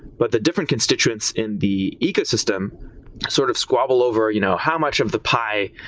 but the different constituents in the ecosystem sort of squabble over you know how much of the pie,